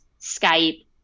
Skype